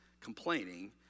complaining